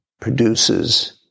produces